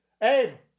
Hey